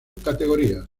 categorías